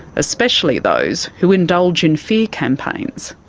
especially those who indulge in fear campaigns.